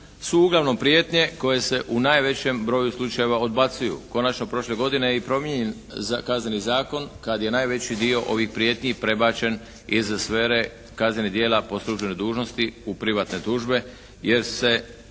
su uglavnom prijetnje koje se u najvećem broju slučajeva odbacuju. Konačno prošle godine je i promijenjen Kazneni zakon kad je najveći dio ovih prijetnji prebačen iz sfere kaznenih djela po službenoj dužnosti u privatne tužbe jer se